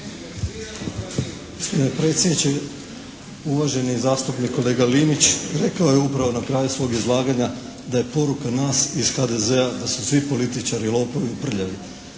predsjedniče, uvaženi zastupnik kolega Linić rekao je upravo na kraju svog izlaganja da je poruka nas iz HDZ-a da su svi političari lopovi i prljavi.